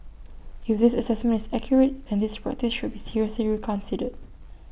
if this Assessment is accurate then this practice should be seriously reconsidered